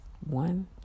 One